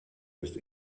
ist